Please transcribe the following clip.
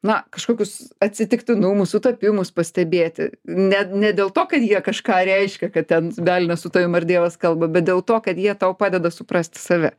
na kažkokius atsitiktinumus sutapimus pastebėti ne ne dėl to kad jie kažką reiškia kad ten velnias su tavim ar dievas kalba bet dėl to kad jie tau padeda suprasti save